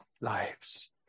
lives